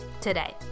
today